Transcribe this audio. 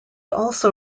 also